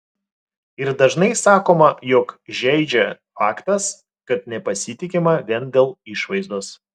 ir dažnai sakoma jog žeidžia faktas kad nepasitikima vien dėl išvaizdos